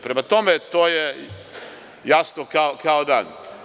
Prema tome, to je jasno kao dan.